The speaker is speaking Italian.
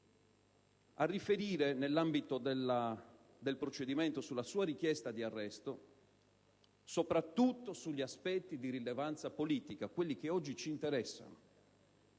a riferire, nell'ambito del procedimento sulla sua richiesta di arresto, soprattutto in merito agli aspetti di rilevanza politica; quelli che oggi ci interessano.